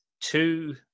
two